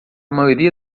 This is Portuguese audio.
maioria